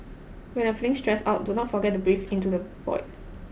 when you are feeling stressed out do not forget to breathe into the void